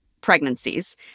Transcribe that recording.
pregnancies